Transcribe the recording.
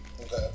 Okay